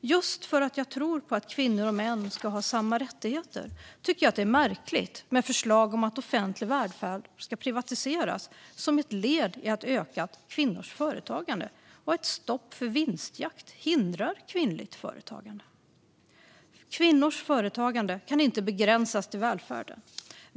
Just för att jag tror på att kvinnor och män ska ha samma rättigheter tycker jag att det är märkligt med förslag om att offentlig välfärd ska privatiseras som ett led i att öka kvinnors företagande och att ett stopp för vinstjakt skulle hindra kvinnligt företagande. Kvinnors företagande kan inte begränsas till välfärden.